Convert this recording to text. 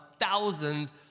thousands